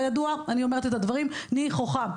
הדברים הם מכוחם.